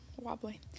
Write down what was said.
wobbly